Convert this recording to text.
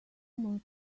more